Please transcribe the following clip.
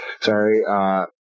sorry